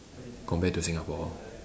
compared to singapore